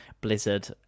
Blizzard